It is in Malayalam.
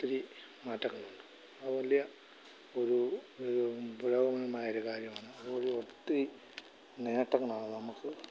ഒത്തിരി മാറ്റങ്ങളുണ്ട് അത് വലിയ ഒരു പുരോഗമനമായ ഒരു കാര്യമാണ് അതു വഴി ഒത്തിരി നേട്ടങ്ങളാണ് നമുക്ക്